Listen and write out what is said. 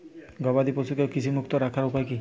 গবাদি পশুকে কৃমিমুক্ত রাখার উপায় কী?